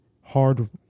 hard